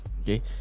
Okay